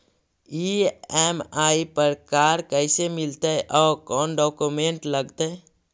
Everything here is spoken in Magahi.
ई.एम.आई पर कार कैसे मिलतै औ कोन डाउकमेंट लगतै?